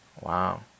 Wow